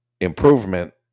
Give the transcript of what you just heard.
improvement